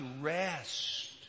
rest